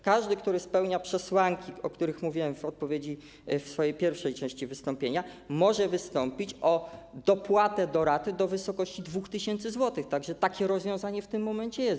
Każdy kredytobiorca, który spełnia przesłanki, o których mówiłem w odpowiedzi, w swojej pierwszej części wystąpienia, może wystąpić o dopłatę do raty do wysokości 2 tys. zł, tak że takie rozwiązanie w tym momencie jest.